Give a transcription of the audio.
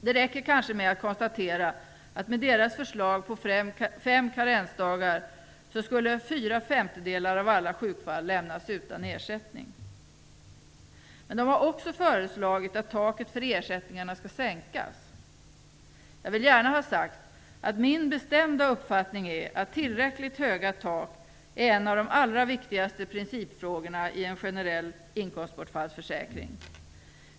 Det räcker kanske med att konstatera att med deras förslag på fem karensdagar, skulle fyra femtedelar av alla sjukfall lämnas utan ersättning. De har också föreslagit att taket för ersättningarna skall sänkas. Jag vill gärna ha sagt att min bestämda uppfattning är att tillräckligt höga tak är en av de allra viktigaste principfrågorna i en generell inkomstbortfallsförsäkring.